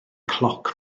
cloc